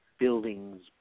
Buildings